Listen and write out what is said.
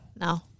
No